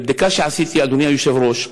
בבדיקה שעשיתי, אדוני היושב-ראש,